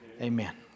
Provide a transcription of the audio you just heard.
Amen